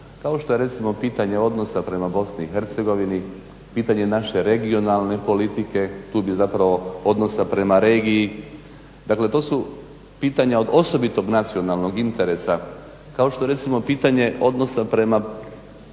kao što je recimo pitanje odnosa prema Bosni i Hercegovini, pitanje naše regionalne politike, tu bi zapravo odnosa prema regiji. Dakle, to su pitanja od osobitog nacionalnog interesa kao što je recimo pitanje odnosa prema